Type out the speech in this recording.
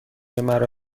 مرا